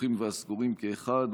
הפתוחים והסגורים כאחד,